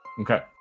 Okay